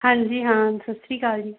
ਹਾਂਜੀ ਹਾਂ ਸਤਿ ਸ਼੍ਰੀ ਅਕਾਲ ਜੀ